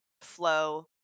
flow